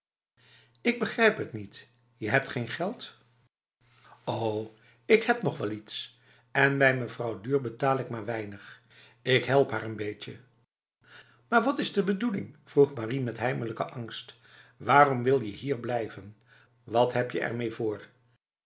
ik begrijp het niet je hebt geen geld o ik heb nog wel iets en bij mevrouw duhr betaal ik maar weinig ik help haar n beetje maar wat is je bedoeling vroeg marie met heimelijke angst waarom wil je hier blijven wat heb je ermee voor